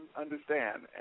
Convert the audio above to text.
understand